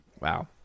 Wow